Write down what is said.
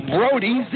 Brody